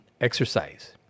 exercise